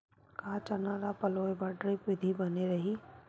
का चना ल पलोय बर ड्रिप विधी बने रही?